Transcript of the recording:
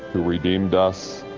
who redeemed us,